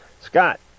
Scott